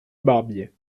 barbier